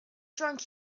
drunk